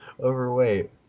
overweight